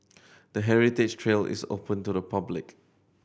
the heritage trail is open to the public